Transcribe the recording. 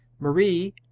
marie,